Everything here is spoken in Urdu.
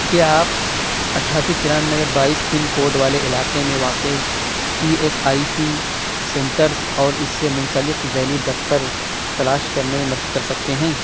کیا آپ اٹھاسی ترانوے بائیس پن کوڈ والے علاقے میں واقع E S I C centres اور اس سے منسلک ذیلی دفتر تلاش کرنے میں مدد کر سکتے ہیں